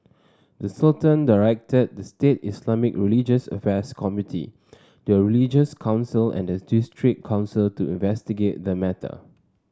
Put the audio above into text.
the Sultan directed the state Islamic religious affairs committee the religious council and the district council to investigate the matter